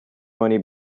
money